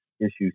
issues